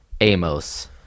Amos